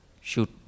shoot